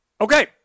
Okay